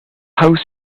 house